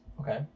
Okay